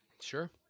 Sure